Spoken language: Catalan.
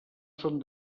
són